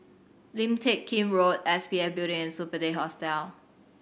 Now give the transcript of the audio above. Lim Teck Kim Road S P F Building and Superb Hostel